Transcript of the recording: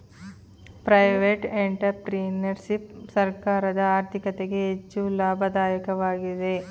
private entrepreneurship ಸರ್ಕಾರದ ಆರ್ಥಿಕತೆಗೆ ಹೆಚ್ಚು ಲಾಭದಾಯಕವಾಗಿದೆ